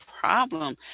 problem